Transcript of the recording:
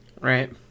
Right